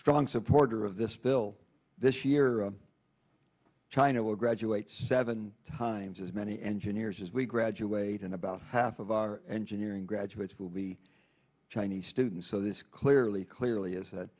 strong supporter of this bill this year china will graduate seven times as many engineers as we graduate and about half of our engineering graduates will be chinese students so this clearly clearly is that